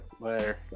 Later